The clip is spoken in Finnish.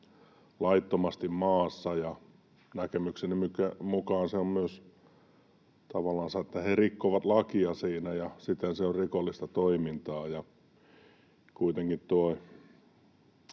laittomasti maassa, ja näkemykseni mukaan se on myös tavallansa niin, että he rikkovat lakia siinä ja siten se on rikollista toimintaa,